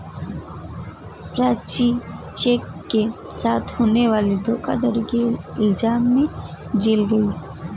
Prachi cheque के साथ होने वाली धोखाधड़ी के इल्जाम में जेल गई